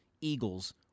Eagles